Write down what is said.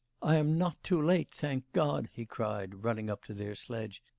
i am not too late, thank god he cried, running up to their sledge.